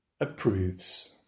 approves